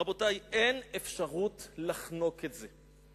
רבותי, אין אפשרות לחנוק את זה.